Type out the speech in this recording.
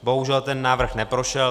Bohužel ten návrh neprošel.